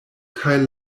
kaj